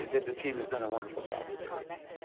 the team has done a wonderful job. and it's a great team.